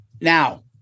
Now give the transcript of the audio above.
Now